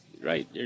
right